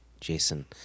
Jason